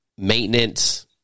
maintenance